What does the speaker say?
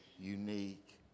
unique